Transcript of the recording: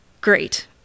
Great